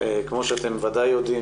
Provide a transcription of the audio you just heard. כמו שאתם ודאי יודעים,